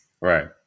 right